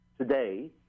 today